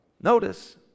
Notice